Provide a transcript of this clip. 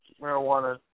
marijuana